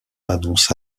annonce